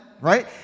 Right